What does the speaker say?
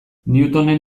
newtonen